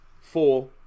four